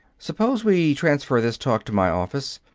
suppose we transfer this talk to my office.